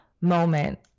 moment